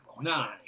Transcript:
nine